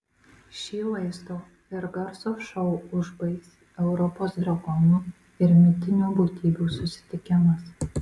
šį vaizdo ir garso šou užbaigs europos drakonų ir mitinių būtybių susitikimas